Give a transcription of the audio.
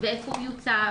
איפה הוא יוצב,